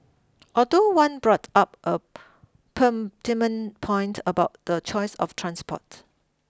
although one brought up a pertinent point about the choice of transport